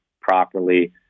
properly